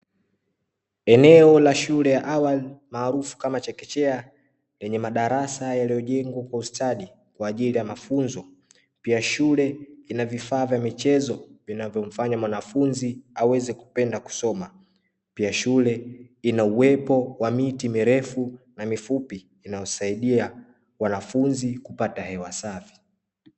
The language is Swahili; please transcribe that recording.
Eneo la shule ya awali maarufu kama chekechea yenye madarasa yaliyojengwa kwa ustadi kwa ajili ya mafunzo. Pia, shule ina vifaa vya michezo vinavyomfanya mwanafunzi aweze kupenda kusoma. Pia, shule ina uwepo wa miti mirefu na mifupi inayosaidia wanafunzi kupata hewa safi.